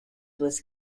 was